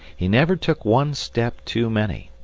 he never took one step too many,